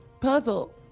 puzzle